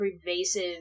pervasive